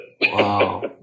Wow